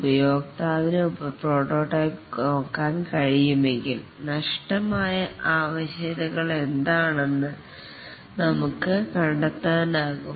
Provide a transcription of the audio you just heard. ഉപയോക്താവിന് പ്രോട്ടോടൈപ്പ് നോക്കാൻ കഴിയുമെങ്കിൽ നഷ്ടമായ ആവശ്യകതകൾ എന്താണെന്ന് എന്ന് നമുക്ക് കണ്ടെത്താനാകും